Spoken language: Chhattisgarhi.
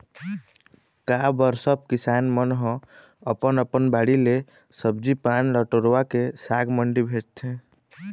का बर सब किसान मन ह अपन अपन बाड़ी ले सब्जी पान ल टोरवाके साग मंडी भेजथे